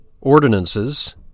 ordinances